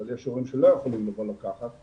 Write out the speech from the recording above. אבל יש הורים שלא יכולים לבוא לקחת,